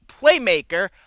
playmaker